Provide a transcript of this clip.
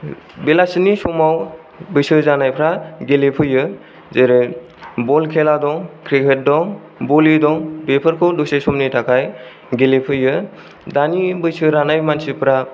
बेलासिनि समाव बैसो जानायफ्रा गेलेफैयो जेरै बल खेला दं क्रिकेट दं बलि दं बेफोरखौ दसे समनि थाखाय गेलेफैयो दानि बैसो रानाय मानसिफ्रा